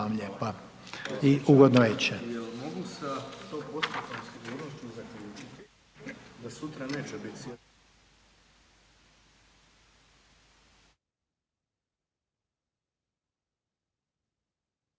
i ugodno večer.